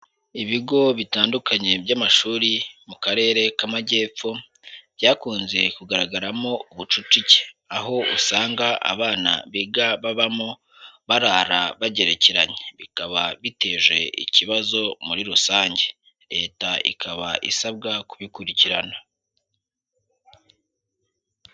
Ibigo bitandukanye by'amashuri mu karere k'Amajyepfo byakunze kugaragaramo ubucucike, aho usanga abana biga babamo barara bagerekeranye bikaba biteje ikibazo muri rusange, Leta ikaba isabwa kubikurikirana.